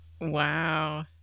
Wow